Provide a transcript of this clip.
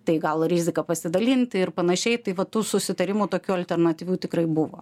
tai gal riziką pasidalinti ir panašiai tai va tų susitarimų tokių alternatyvių tikrai buvo